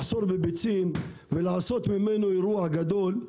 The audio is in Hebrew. מתוכנן היטב שמנסים במסגרתו לצמצם את אי הוודאות,